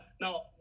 now